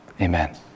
Amen